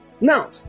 now